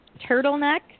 turtleneck